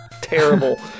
terrible